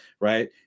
right